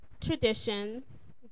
traditions